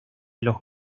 los